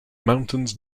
mountains